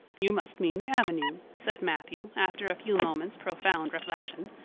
you must mean the avenue, said matthew after a few moments' profound reflection.